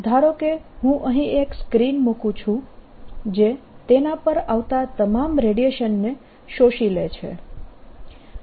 ધારો કે હું અહીં એક સ્ક્રીન મૂકું છું જે તેના પર આવતા તમામ રેડીએશન ને શોષી લે છે